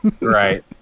Right